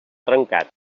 trencat